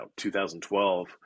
2012